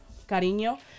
cariño